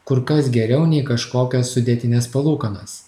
kur kas geriau nei kažkokias sudėtines palūkanas